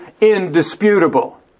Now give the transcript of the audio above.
indisputable